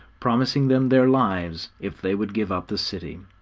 promising them their lives if they would give up the city.